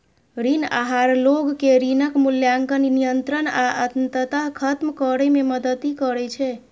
ऋण आहार लोग कें ऋणक मूल्यांकन, नियंत्रण आ अंततः खत्म करै मे मदति करै छै